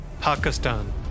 Pakistan